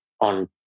on